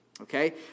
Okay